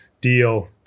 deal